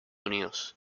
unidos